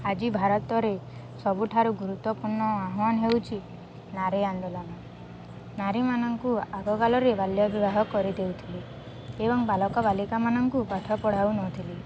ଆଜି ଭାରତରେ ସବୁଠାରୁ ଗୁରୁତ୍ୱପୂର୍ଣ୍ଣ ଆହ୍ୱାନ ହେଉଛିି ନାରୀ ଆନ୍ଦୋଳନ ନାରୀମାନଙ୍କୁ ଆଗକାଳରେ ବାଲ୍ୟ ବିବାହ କରିଦେଉଥିଲେ ଏବଂ ବାଳକ ବାଳିକାମାନଙ୍କୁ ପାଠ ପଢ଼ାଉନଥିଲେ